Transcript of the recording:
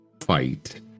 fight